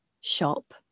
shop